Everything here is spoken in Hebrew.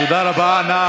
תודה רבה, נא לסיים.